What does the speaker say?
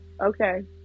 Okay